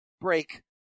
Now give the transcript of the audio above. break